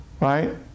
Right